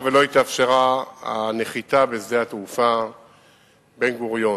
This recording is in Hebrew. מאחר שלא התאפשרה נחיתה בשדה התעופה בן-גוריון.